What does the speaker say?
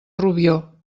rubió